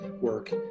work